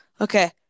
Okay